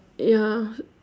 ya